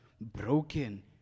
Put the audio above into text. broken